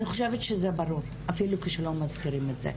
אני חושבת שזה ברור אפילו כשזה לא מסבירים את זה,